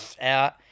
out